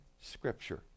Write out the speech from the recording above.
scripture